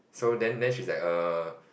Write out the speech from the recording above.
so then then she's like err